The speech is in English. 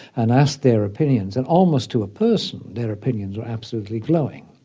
and asked their opinions, and almost to a person their opinions were absolutely glowing.